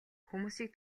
хүмүүсийг